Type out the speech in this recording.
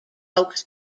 oaks